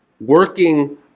working